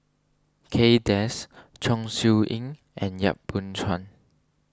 Kay Das Chong Siew Ying and Yap Boon Chuan